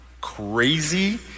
crazy